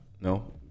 No